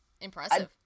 impressive